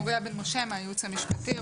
מוריה בן משה מהייעוץ המשפטי,